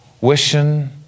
Wishing